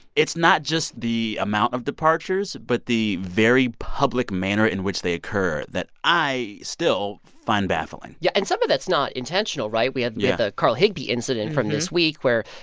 it's not just the amount of departures but the very public manner in which they occur that i still find baffling yeah. and some of that's not intentional, right? yeah we have yeah the carl higbie incident from this week where,